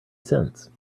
since